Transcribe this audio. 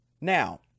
Now